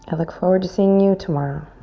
and look forward to seeing you tomorrow.